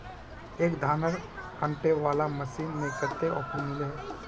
एक धानेर कांटे वाला मशीन में कते ऑफर मिले है?